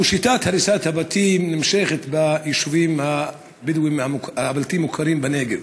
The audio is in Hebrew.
או שיטת הריסת הבתים נמשכת ביישובים הבדואיים הבלתי-מוכרים בנגב.